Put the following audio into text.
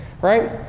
right